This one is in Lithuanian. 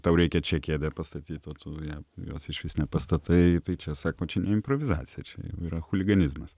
tau reikia čia kėdę pastatyt o tu jam jos išvis nepastatai tai čia sako čia ne improvizacija čia yra chuliganizmas